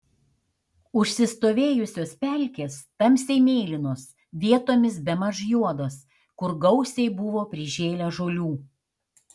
užsistovėjusios pelkės tamsiai mėlynos vietomis bemaž juodos kur gausiai buvo prižėlę žolių